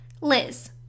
Liz